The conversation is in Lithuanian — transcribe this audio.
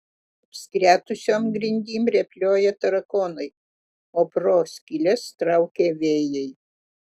apskretusiom grindim rėpliojo tarakonai o pro skyles traukė vėjai